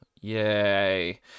Yay